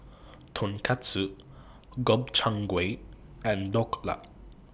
Tonkatsu Gobchang Gui and Dhokla